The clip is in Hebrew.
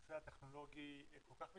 הנושא הטכנולוגי כל כך מתקדם,